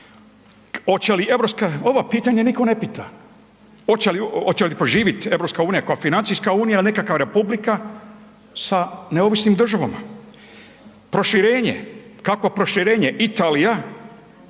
ovo pitanje nitko ne pita, oće li, oće li poživit EU kao financijska Unija, nekakva republika sa neovisnim državama? Proširenje, kakvo proširenje? Italija,